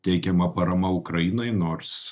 teikiama parama ukrainai nors